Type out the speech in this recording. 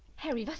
harry,